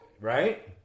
Right